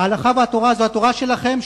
ההלכה והתורה זה התורה שלכם,